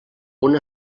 una